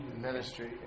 ministry